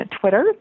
Twitter